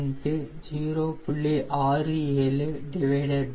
67 1 0